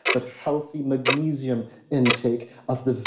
but healthy magnesium intake of the,